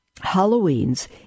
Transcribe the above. Halloween's